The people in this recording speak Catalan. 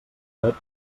web